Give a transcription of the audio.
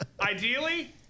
ideally